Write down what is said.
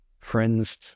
Friends